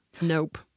Nope